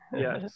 Yes